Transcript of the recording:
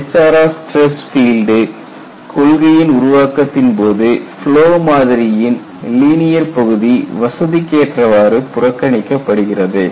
HRR stress field கொள்கையின் உருவாக்கத்தின் போது ஃப்லோ மாதிரியின் லீனியர் பகுதி வசதிக்கேற்றவாறு புறக்கணிக்கப்படுகிறது